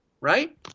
Right